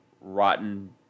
rotten